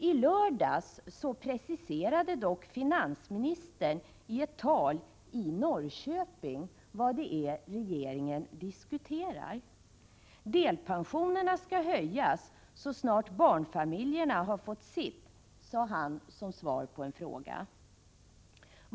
Tlördags preciserade dock finansministern i ett tal i Norrköping vad det är regeringen diskuterar: Delpensionerna skall höjas så snart barnfamiljerna fått sitt, sade han som svar på en fråga.